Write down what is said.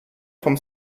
vom